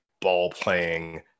ball-playing